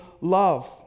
love